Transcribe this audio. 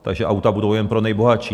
Takže auta budou jen pro nejbohatší.